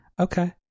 okay